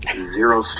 Zero